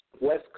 West